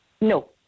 No